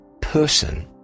person